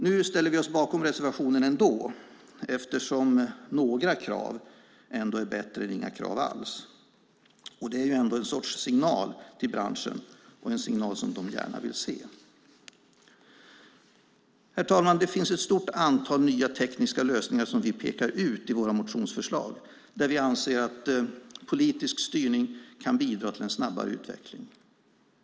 Nu ställer vi oss bakom reservationen ändå eftersom några krav trots allt är bättre än inga krav alls. Det är dock en sorts signal till branschen, en signal som de gärna vill se. Herr talman! Det finns ett stort antal nya tekniska lösningar som vi pekar ut i våra motionsförslag där vi anser att politiskt tryck kan bidra till snabbare utveckling.